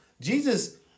Jesus